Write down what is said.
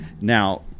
Now